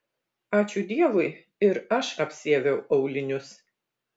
ačiū dievui ir aš apsiaviau aulinius